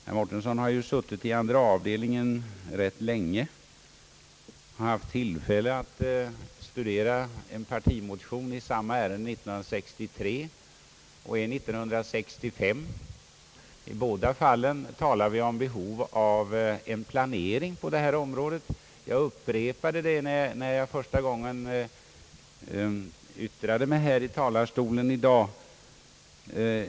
Herr Mårtensson som har suttit i andra avdeiningen ganska länge har säkert haft tillfälle att studera en partimotion i samma ärende från år 1963 och även från år 1965. I båda fallen talar vi om behovet av planering på detta område. Jag upprepade det när jag första gången yttrade mig från denna talarstol i dag.